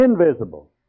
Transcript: Invisible